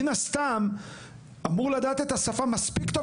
מן הסתם אמור לדעת את השפה מספיק טוב